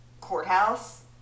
courthouse